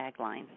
tagline